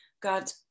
God